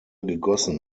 gegossen